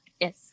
Yes